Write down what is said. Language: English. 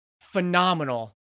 phenomenal